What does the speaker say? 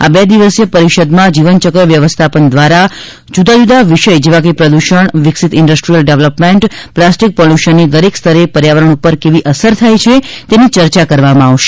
આ બે દિવસીય પરિષદમાં જીવનચક્ર વ્યવસ્થાપન જુદા જુદા વિષય જેવા કે પ્રદૂષણ જમીન હવા પાણી વિકસીત ઇન્ડસ્ટ્રીયલ ડેવલોપમેન્ટ પ્લાસ્ટિક પોલ્યુશનની દરેક સ્તરે પર્યાવરણ ઉપર કેવી અસર થાય છે તેની ચર્ચા કરવામાં આવશે